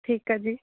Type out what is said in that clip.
ਠੀਕ ਆ ਜੀ